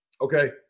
Okay